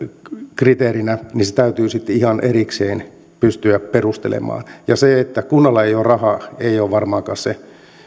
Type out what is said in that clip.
kriteerinä niin se täytyy sitten ihan erikseen pystyä perustelemaan se että kunnalla ei ole rahaa ei ole varmaankaan se